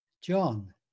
John